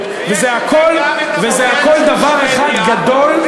וזה הכול דבר אחד גדול,